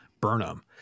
Burnham